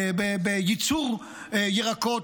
בייצור ירקות,